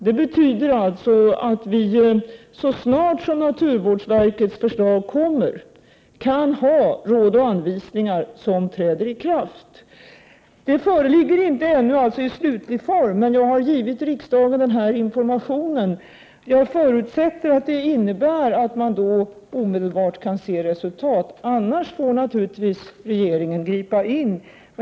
Det betyder att vi så snart som naturvårdsverkets förslag kommer har råd och anvisningar som kan träda i kraft. De föreligger inte ännu i slutlig form, men jag har ändå velat ge riksdagen denna information. Jag förutsätter att förslaget innebär att man omedelbart kan se resultat, annars får naturligtvis regeringen gripa in.